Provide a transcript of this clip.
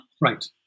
Right